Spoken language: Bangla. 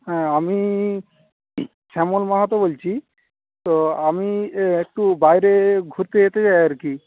হ্যাঁ আমি শ্যামল মাহাতো বলছি তো আমি একটু বাইরে ঘুরতে যেতে চাই আর কি